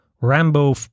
Rambo